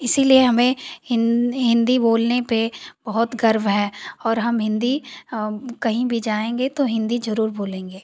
इसलिए हमे हिन् हिन्दी बोलने पर बहुत गर्व है और हम हिन्दी कही भी जाएंगे तो हिन्दी ज़रूर बोलेंगे